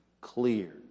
clear